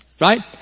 Right